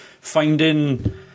finding